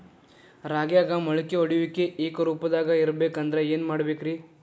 ರಾಗ್ಯಾಗ ಮೊಳಕೆ ಒಡೆಯುವಿಕೆ ಏಕರೂಪದಾಗ ಇರಬೇಕ ಅಂದ್ರ ಏನು ಮಾಡಬೇಕ್ರಿ?